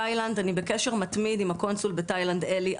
תאילנד, אני בקשר מתמיד עם הקונסול בתאילנד אלי.